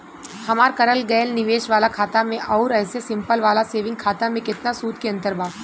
हमार करल गएल निवेश वाला खाता मे आउर ऐसे सिंपल वाला सेविंग खाता मे केतना सूद के अंतर बा?